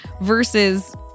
versus